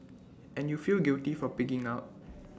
and you feel guilty for pigging out